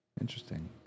Interesting